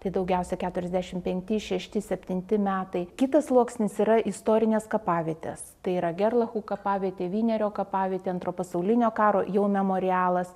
tai daugiausia keturiasdešim penkti šešti septinti metai kitas sluoksnis yra istorinės kapavietės tai yra gerlachų kapavietė vynerio kapavietė antro pasaulinio karo jau memorialas